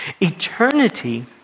Eternity